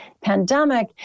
pandemic